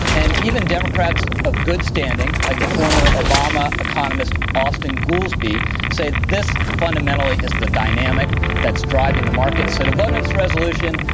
and even democrats of good standing like the former obama economist austan goolsbee said this fundamentally is the dynamic that's driving the markets. so, to vote on this resolution,